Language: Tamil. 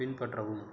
பின்பற்றவும்